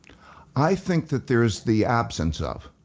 i think that there is the absence of.